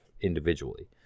individually